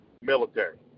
Military